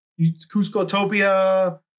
Cusco-topia